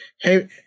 Hey